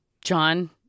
John